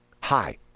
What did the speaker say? hi